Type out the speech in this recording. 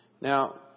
Now